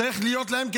צריך להיות להם,